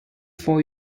for